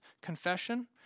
confession